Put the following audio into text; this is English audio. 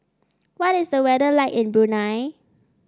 what is the weather like in Brunei